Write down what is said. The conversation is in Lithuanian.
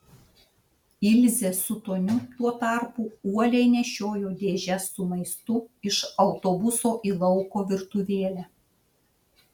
ilzė su toniu tuo tarpu uoliai nešiojo dėžes su maistu iš autobuso į lauko virtuvėlę